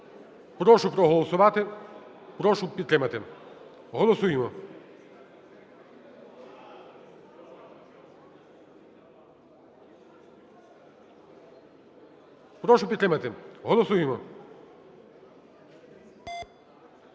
Прошу проголосувати. Прошу підтримати. Голосуємо. Прошу підтримати. Голосуємо.